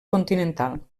continental